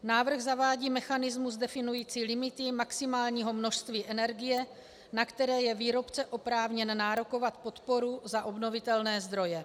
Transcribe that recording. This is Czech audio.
Návrh zavádí mechanismus definující limity maximálního množství energie, na které je výrobce oprávněn nárokovat podporu za obnovitelné zdroje.